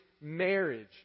marriage